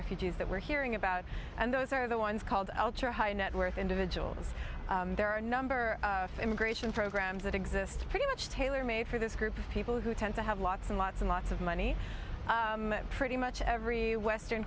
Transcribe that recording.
refugees that we're hearing about and those are the ones called ultra high net worth individuals there are a number of immigration programs that exist pretty much tailor made for this group of people who tend to have lots and lots and lots of money pretty much every western